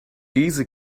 easy